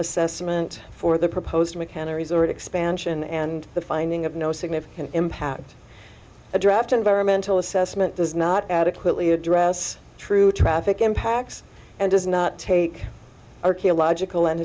assessment for the proposed mckenna resort expansion and the finding of no significant impact a draft environmental assessment does not adequately address true traffic impacts and does not take archaeological and